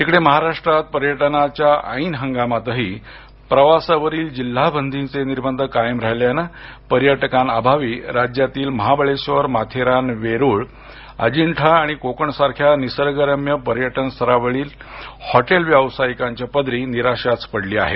इकडे महाराष्ट्रात पर्यटनाच्या ऐन हगामातही प्रवासावरील जिल्हा बंदीचे निर्बंध कायम राहिल्यानं पर्यटकांअभावी राज्यातील महाबळेश्वर माथेरान वेरूळ अजिंठा आणि कोकणासारख्या निसर्गरम्य पर्यटन स्थळावरील हॉटेल व्यावसायिकांच्या पदरी निराशाच पडली आहे